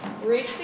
Reach